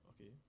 Okay